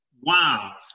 Wow